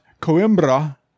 Coimbra